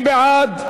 מי בעד?